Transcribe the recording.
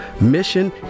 mission